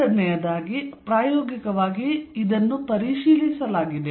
ಎರಡನೆಯದಾಗಿ ಪ್ರಾಯೋಗಿಕವಾಗಿ ಇಲ್ಲಿ ಪರಿಶೀಲಿಸಲಾಗಿದೆ